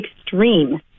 extreme